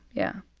yeah.